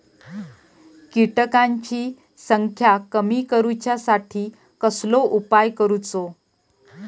किटकांची संख्या कमी करुच्यासाठी कसलो उपाय करूचो?